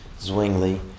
Zwingli